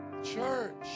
church